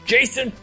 Jason